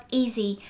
easy